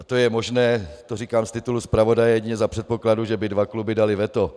To je možné, to říkám z titulu zpravodaje, jedině za předpokladu, že by dva kluby daly veto.